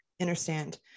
understand